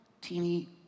teeny